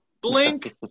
blink